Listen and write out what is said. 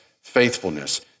faithfulness